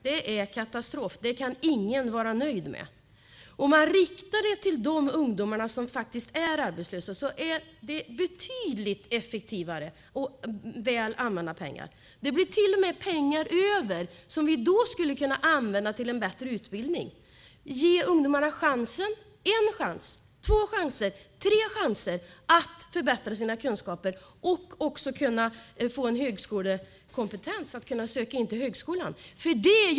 Det är katastrof. Det kan ingen vara nöjd med. Riktar man stöden till de ungdomar som är arbetslösa är det betydligt mer effektivt och bättre använda pengar. Det skulle till och med bli pengar över som vi kunde använda till bättre utbildning och ge ungdomarna en chans, två chanser, tre chanser att förbättra sina kunskaper och få en högskolebehörighet.